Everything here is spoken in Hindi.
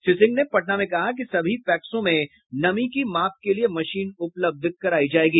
श्री सिंह ने पटना में कहा कि सभी पैक्सों में नमी की माप के लिये मशीन उपलब्ध कराया जायेगा